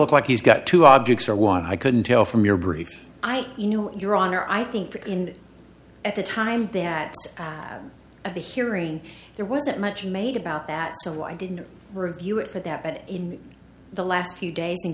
look like he's got two objects or one i couldn't tell from your brief i you know your honor i think in at the time they're at of the hearing there wasn't much made about that so why didn't you review it for that but in the last few days